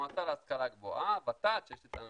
המועצה להשכלה גבוהה, הוות"ת, שיש שיתוף